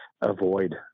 avoid